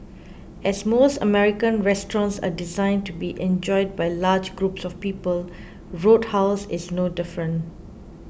as most American restaurants are designed to be enjoyed by large groups of people Roadhouse is no different